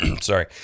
sorry